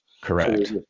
Correct